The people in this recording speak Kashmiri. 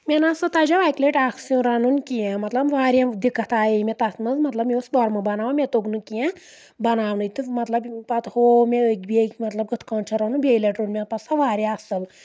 مےٚ نسا تَجو اَکہِ لٹہِ اَکھ سیُن رَنُن کینٛہہ مطلب واریاہ دِکت آیے مےٚ تَتھ منٛز مطلب مےٚ اوس قۄرمہٕ بَناوُن مےٚ توٚگ نہٕ کینٛہہ بَناونٕے تہٕ مطلب پَتہٕ ہو مےٚ أکۍ بیٚکۍ مطلب کٕتھ کٲٹھۍ چھُ رَنُن بیٚیہِ لَٹہِ روٚن مےٚ پَتہٕ سۄ واریاہ اَصٕل